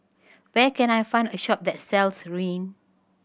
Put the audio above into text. where can I find a shop that sells Rene